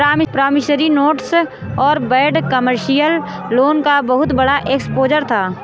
promissory notes और bad commercial loan का बहुत बड़ा एक्सपोजर था